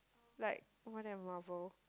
like more than Marvel